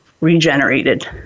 regenerated